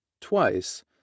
twice